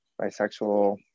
bisexual